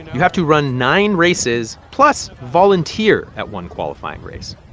you have to run nine races plus volunteer at one qualifying race.